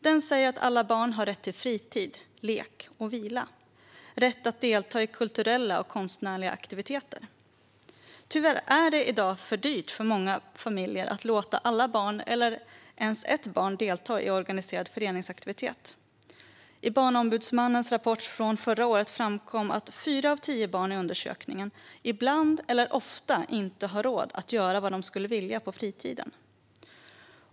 Den säger att alla barn har rätt till fritid, lek och vila och rätt att delta i kulturella och konstnärliga aktiviteter. Tyvärr är det i dag för dyrt för många familjer att låta alla barn eller ens ett barn delta i organiserad föreningsaktivitet. I Barnombudsmannens rapport från förra året framkom att fyra av tio barn i undersökningen ibland eller ofta inte har råd att göra vad de skulle vilja på fritiden.